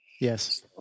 Yes